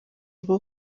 rwo